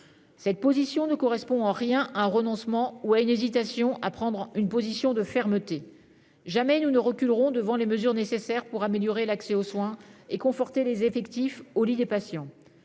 Cette position ne correspond en rien à un renoncement ou à une hésitation à prendre une position de fermeté. Jamais nous ne reculerons devant des mesures nécessaires pour améliorer l'accès aux soins et conforter les effectifs nécessaires aux lits des patients.